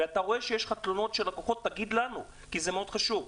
ואתה רואה שיש לך תלונות של לקוחות תגיד לנו כי זה מאוד חשוב.